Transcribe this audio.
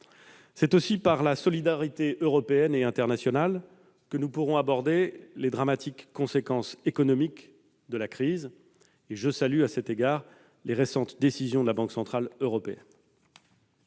C'est aussi par la solidarité européenne et internationale que nous pourrons aborder les dramatiques conséquences économiques de la crise. Je salue à cet égard les récentes décisions de la Banque centrale européenne.